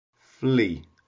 flee